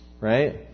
right